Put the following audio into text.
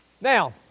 Now